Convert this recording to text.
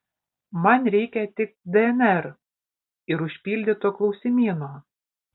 man reikia tik dnr ir užpildyto klausimyno